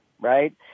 Right